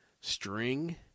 string